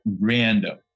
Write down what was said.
random